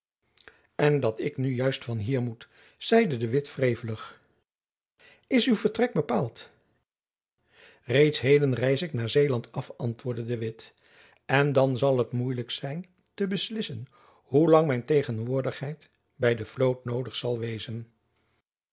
en dat ik nu juist van hier moet zeide de witt wrevelig is uw vertrek bepaald reeds heden reis ik naar zeeland af antwoordde de witt en dan zal het moeilijk zijn te beslissen hoe lang mijn tegenwoordigheid by de vloot noodig zal wezen